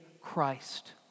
Christ